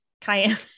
cayenne